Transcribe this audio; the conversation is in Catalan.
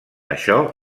això